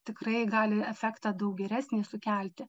tikrai gali efektą daug geresnį sukelti